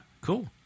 cool